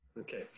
Okay